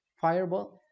fireball